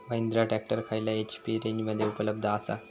Mahindra tractor खयल्या HP रेंजमध्ये उपलब्ध आसा?